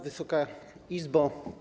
Wysoka Izbo!